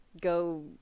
go